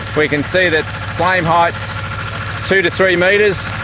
we can see that flame height's two to three metres